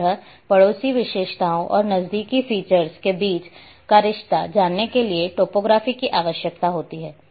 इसी तरह पड़ोसी विशेषताओं और नजदीकी फीचर्स के बीच का रिश्ता जानने के लिए टोपोग्राफी की आवश्यकता होती है